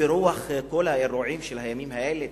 ברוח כל האירועים של הימים האלה,